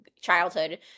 childhood